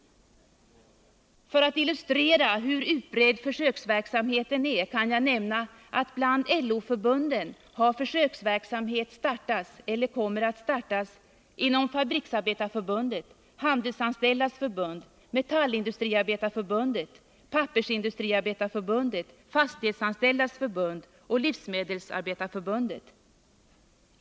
För att illustrera hur utbredd försöksverksamheten är kan jag nämna att bland LO-förbunden har försöksverksamhet startats eller kommer att startas inom Fabriksarbetareförbundet, Handelsanställdas förbund, Metallindustriarbetareförbundet, Pappersindustriarbetareförbundet, Fastighetsanställdas förbund och Livsmedelsarbetareförbundet.